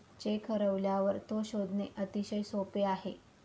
check हरवल्यावर तो शोधणे अतिशय सोपे आहे